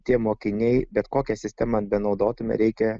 tie mokiniai bet kokią sistemą benaudotume reikia